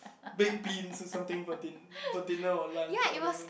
baked beans or something for din~ for dinner or lunch or whatever